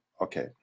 okay